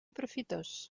profitós